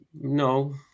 No